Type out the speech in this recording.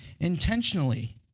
intentionally